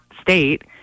state